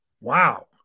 Wow